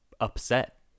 upset